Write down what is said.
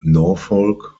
norfolk